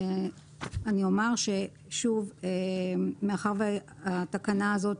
אני אומר שמאחר שהתקנה הזאת,